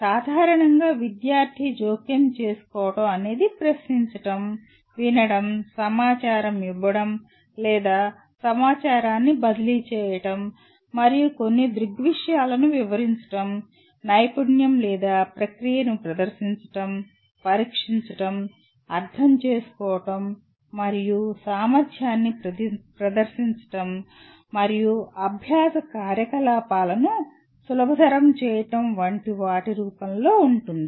సాధారణంగా విద్యార్ధి జోక్యం చేసుకోవడం అనేది ప్రశ్నించడం వినడం సమాచారం ఇవ్వడం లేదా సమాచారాన్ని బదిలీ చేయడం మరియు కొన్ని దృగ్విషయాలను వివరించడం నైపుణ్యం లేదా ప్రక్రియను ప్రదర్శించడం పరీక్షించడం అర్థం చేసుకోవడం మరియు సామర్థ్యాన్ని ప్రదర్శించడం మరియు అభ్యాస కార్యకలాపాలను సులభతరం చేయడం వంటి వాటి రూపంలో ఉంటుంది